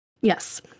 Yes